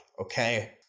okay